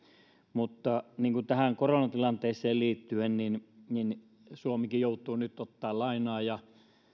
mutta tähän koronatilanteeseen liittyen suomikin joutuu nyt ottamaan lainaa ja